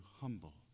humble